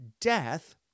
death